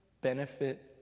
benefit